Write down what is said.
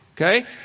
Okay